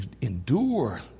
endure